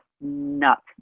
nuts